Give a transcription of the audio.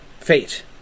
fate